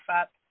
up